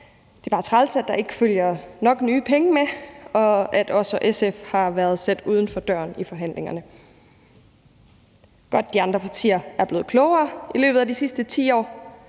det er bare træls, at der ikke følger nok nye penge med, og at også SF har været sat uden for døren i forhandlingerne. Godt, de andre partier er blevet klogere i løbet af de sidste 10 år,